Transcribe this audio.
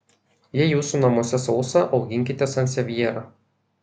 jei jūsų namuose sausa auginkite sansevjerą